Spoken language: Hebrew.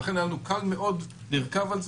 לכן היה לנו קל מאוד לרכב על זה,